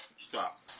stop